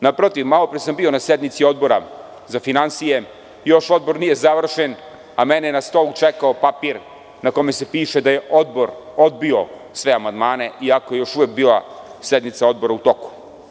Na protiv, malo pre sam bio na sednici Odbora za finansije, još Odbor nije završen, a mene je na stolu čekao papir na kome se piše da je Odbor odbio sve amandmane iako je još uvek bila sednica Odbora u toku.